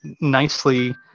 nicely